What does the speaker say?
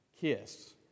KISS